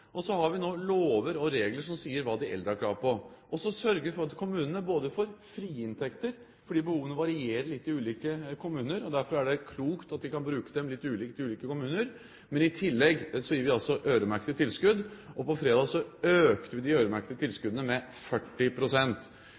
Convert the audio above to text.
har vi lover og regler som sier hva de eldre har krav på. Så sørger vi for at kommunene både får frie inntekter – behovene varierer litt i ulike kommuner, og derfor er det klokt at de kan brukes litt ulikt i ulike kommuner – og i tillegg øremerkede tilskudd. På fredag økte vi de øremerkede tilskuddene med